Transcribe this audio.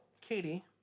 Katie